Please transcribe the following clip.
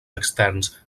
externs